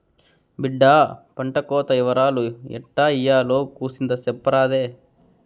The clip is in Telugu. బిడ్డా పంటకోత ఇవరాలు ఎట్టా ఇయ్యాల్నో కూసింత సెప్పరాదే